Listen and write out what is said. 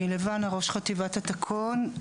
אני ראש חטיבת התקון.